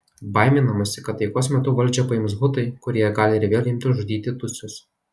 baiminamasi kad taikos metu valdžią paims hutai kurie gali ir vėl imti žudyti tutsius